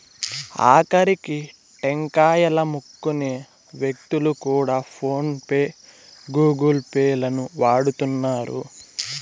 ఆకరికి టెంకాయలమ్ముకునే వ్యక్తులు కూడా ఫోన్ పే గూగుల్ పే లను వాడుతున్నారు